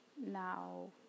Now